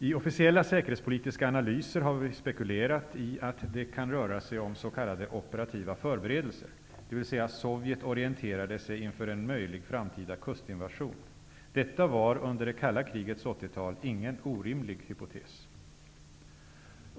I officiella säkerhetspolitiska analyser har vi spekulerat i att det kan röra sig om ''operativa förberedelser'', dvs. Sovjet orienterade sig inför en möjlig framtida kustinvasion. Detta var under det kalla krigets 80 tal ingen orimlig hypotes.